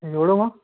एवढं मग